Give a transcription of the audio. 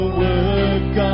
work